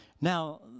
Now